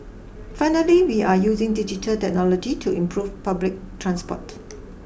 finally we are using digital technology to improve public transport